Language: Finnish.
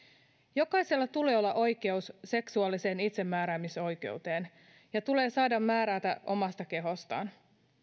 jokaisella tulee olla oikeus seksuaaliseen itsemääräämisoikeuteen ja jokaisen tulee saada määrätä omasta kehostaan